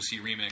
Remix